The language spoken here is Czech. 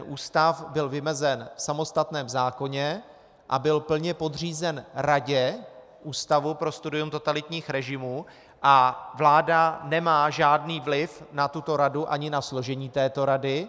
Ústav byl vymezen v samostatném zákoně a byl plně podřízen radě Ústavu pro studium totalitních režimů a vláda nemá žádný vliv na tuto radu ani na složení této rady.